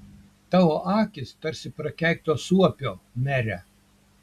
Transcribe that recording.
tavo akys tarsi prakeikto suopio mere